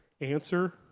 answer